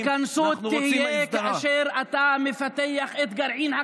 ההתכנסות תהיה כאשר אתה מפתח את גרעין הכפר.